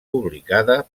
publicada